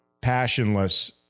passionless